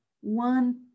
one